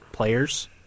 players